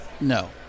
No